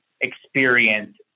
experience